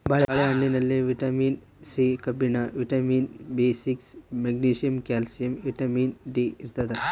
ಬಾಳೆ ಹಣ್ಣಿನಲ್ಲಿ vitamin C ಕಬ್ಬಿಣ vitamin B six magnesium calcium vitamin D ಇರ್ತಾದ